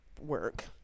Work